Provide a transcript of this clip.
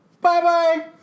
Bye-bye